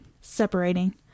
separating